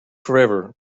forever